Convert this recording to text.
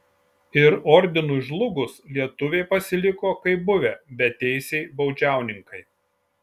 ir ordinui žlugus lietuviai pasiliko kaip buvę beteisiai baudžiauninkai